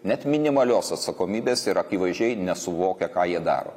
net minimalios atsakomybės ir akivaizdžiai nesuvokia ką jie daro